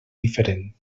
diferent